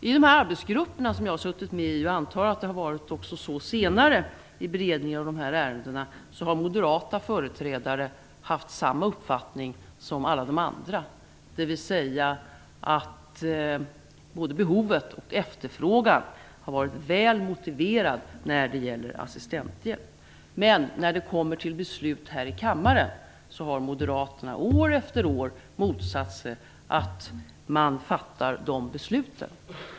I de arbetsgrupper som jag har suttit med i, och jag antar att det har varit så också senare i beredningen av dessa ärenden, har moderata företrädare haft samma uppfattning som alla de andra, dvs. att både behovet och efterfrågan har varit väl motiverade när det gäller assistenthjälp. Men när det kommer till beslut här i kammaren har Moderaterna år efter år motsatt sig att man fattar de besluten.